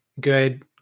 good